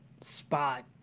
spot